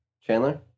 Chandler